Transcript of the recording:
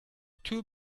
too